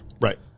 right